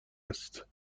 است